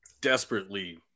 desperately